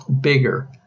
bigger